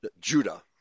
Judah